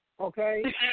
Okay